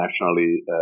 internationally